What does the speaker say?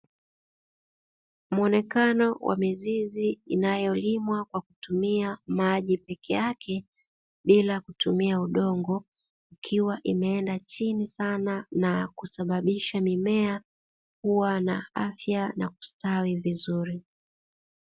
Muonekano wa mizizi inayolimwa kwa kutumia maji pekeake, bila kutumia udongo, ikiwa imeenda chini sana na kusababisha mimea kuwa na afya na kustawi vizuri.